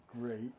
great